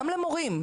גם למורים.